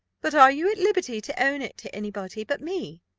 but are you at liberty to own it to any body but me?